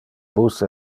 bus